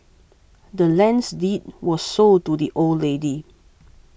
the land's deed were sold to the old lady